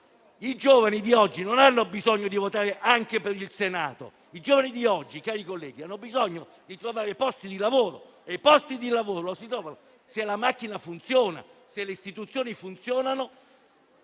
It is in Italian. I giovani di oggi non hanno bisogno di votare anche per il Senato; i giovani di oggi, cari colleghi, hanno bisogno di trovare posti di lavoro. E i posti di lavoro si trovano se la macchina funziona, se le istituzioni funzionano,